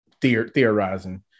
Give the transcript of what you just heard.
Theorizing